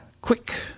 quick